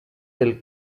del